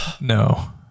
No